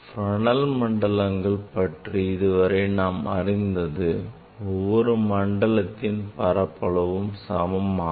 Fresnel மண்டலங்கள் பற்றி இதுவரை நாம் அறிந்தது ஒவ்வொரு மண்டலத்தின் பரப்பளவும் சமமாகும்